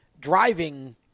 driving